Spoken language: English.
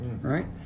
right